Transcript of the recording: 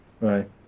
right